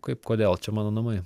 kaip kodėl čia mano namai